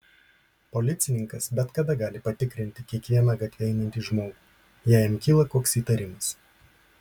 policininkas bet kada gali patikrinti kiekvieną gatve einantį žmogų jei jam kyla koks įtarimas